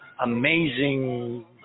amazing